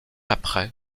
après